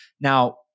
Now